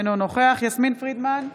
אינו נוכח יסמין פרידמן,